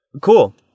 Cool